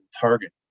target